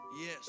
yes